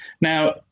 Now